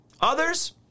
Others